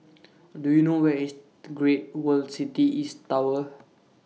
Do YOU know Where IS Great World City East Tower